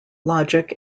logic